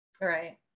right